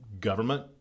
government